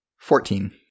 Fourteen